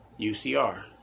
UCR